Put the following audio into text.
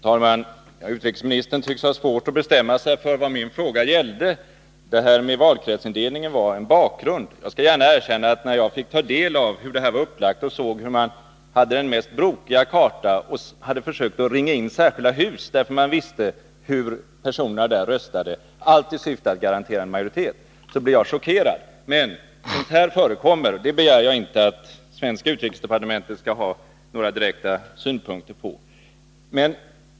Herr talman! Utrikesministern tycks ha svårt att bestämma sig för vad min fråga gällde. Detta med valkretsindelningen var en bakgrund. Jag skall gärna erkänna att när jag fick ta del av uppläggningen och såg hur man hade den mest brokiga karta där man försökt ringa in särskilda hus, därför att man visste hur personerna där röstade — allt i syfte att garantera en majoritet— blev jag chockerad. Men sådant här förekommer, och jag begär inte att svenska utrikesdepartementet skall ha några direkta synpunkter på det.